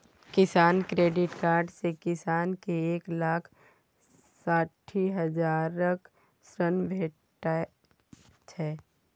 किसान credit card सँ किसान केँ एक लाख साठि हजारक ऋण भेटै छै